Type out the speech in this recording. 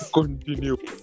Continue